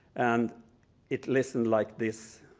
and it listened like this.